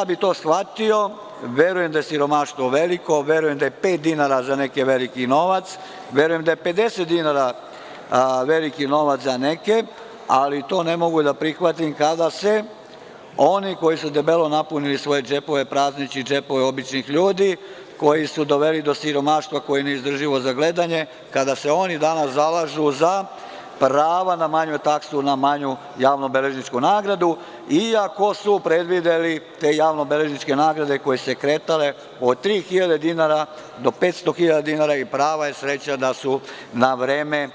To bih shvatio, verujem da je siromaštvo veliko, verujem da je pet dinara za neke veliki novac, verujem da je 50 dinara veliki novac za neke, ali to ne mogu da prihvatim kada se oni koji su debelo napunili svoje džepove prazneći džepove običnih ljudi, koji su doveli do siromaštva koje je neizdrživo za gledanje, kada se oni danas zalažu za prava na manju taksu, na manju javno-beležničku nagradu iako su predvideli te javno-bežničke nagrade koje su se kretale od 3.000 do 500.000 dinara i prava je sreća da su na vreme